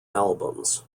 albums